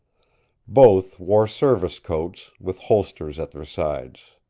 both wore service coats, with holsters at their sides.